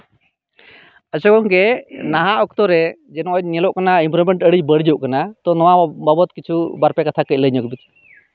ᱟᱪᱪᱷᱟ ᱜᱚᱝᱠᱮ ᱱᱟᱦᱟᱜ ᱚᱠᱛᱚ ᱨᱮ ᱡᱮ ᱱᱚᱜᱚᱭ ᱧᱮᱞᱚᱜ ᱠᱟᱱᱟ ᱱᱚᱶᱟ ᱮᱱᱵᱷᱟᱨᱢᱮᱱᱴ ᱟᱹᱰᱤ ᱵᱟᱹᱲᱤᱡᱚᱜ ᱠᱟᱱᱟ ᱛᱚ ᱱᱚᱶᱟ ᱵᱟᱵᱚᱛ ᱛᱮ ᱠᱤᱪᱷᱩ ᱵᱟᱨᱼᱯᱮ ᱠᱟᱛᱷᱟ ᱠᱟᱺᱡ ᱞᱟᱹᱭ ᱧᱚᱜᱽ ᱵᱤᱱ